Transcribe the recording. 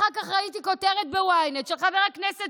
אחר כך ראיתי כותרת ב-ynet שחבר הכנסת